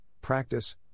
practice